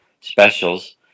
specials